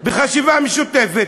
חשיבה משותפת,